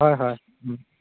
হয় হয়